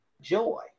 joy